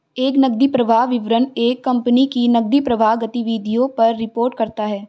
एक नकदी प्रवाह विवरण एक कंपनी की नकदी प्रवाह गतिविधियों पर रिपोर्ट करता हैं